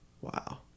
Wow